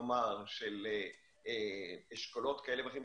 כלומר של אשכולות כאלה ואחרים,